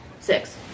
Six